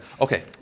Okay